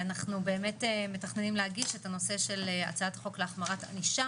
אנחנו באמת מתכננים להגיש את הנושא של הצעת חוק להחמרת ענישה,